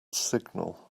signal